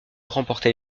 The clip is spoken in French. remporter